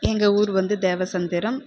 எங்கள் ஊர் வந்து தேவ சந்திரம்